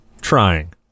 trying